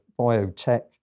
biotech